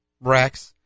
racks